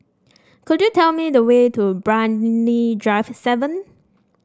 could you tell me the way to Brani Drive seven